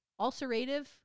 ulcerative